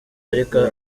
ariko